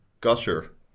gusher